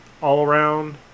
all-around